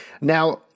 Now